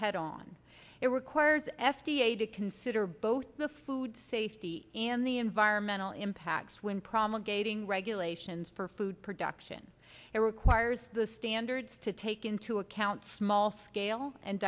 head on it requires f d a to consider both the food safety and the environmental impacts when promulgating regulations for food production it requires the standards to take into account small scale and